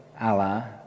Allah